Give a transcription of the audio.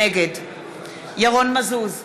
נגד ירון מזוז,